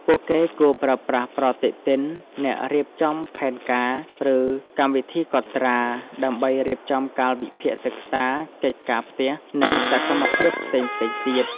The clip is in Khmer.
ពួកគេគួរប្រើប្រាស់ប្រតិទិន អ្នករៀបចំផែនការ ឬកម្មវិធីកត់ត្រា ដើម្បីរៀបចំកាលវិភាគសិក្សា កិច្ចការផ្ទះ និងសកម្មភាពផ្សេងៗទៀត។